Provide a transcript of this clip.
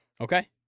Okay